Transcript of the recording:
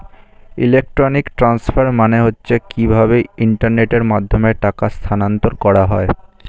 electronic transfer মানে হচ্ছে কিভাবে ইন্টারনেটের মাধ্যমে টাকা স্থানান্তর করা হয়